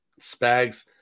Spags